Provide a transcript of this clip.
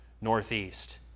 northeast